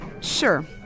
sure